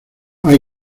hay